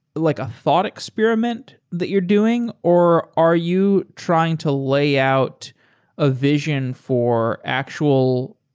like a thought experiment that you're doing or are you trying to lay out a vision for actual